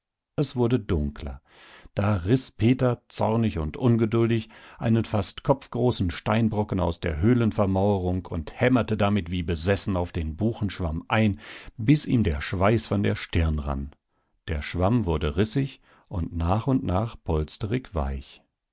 es wurde dunkler da riß peter zornig und ungeduldig einen fast kopfgroßen steinbrocken aus der höhlenvermauerung und hämmerte damit wie besessen auf den buchenschwamm ein bis ihm der schweiß von der stirn rann der schwamm wurde rissig und nach und nach polsterig weich